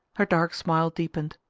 her dark smile deepened.